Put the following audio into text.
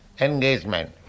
engagement